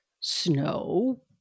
snow